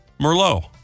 Merlot